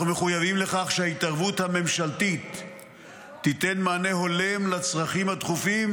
אנחנו מחויבים לכך שההתערבות הממשלתית תיתן מענה הולם לצרכים הדחופים,